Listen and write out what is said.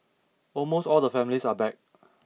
almost all the families are back